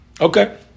Okay